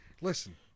Listen